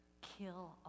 kill